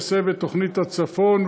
יעשה בתוכנית הצפון,